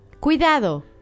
Cuidado